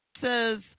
says